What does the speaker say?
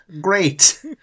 great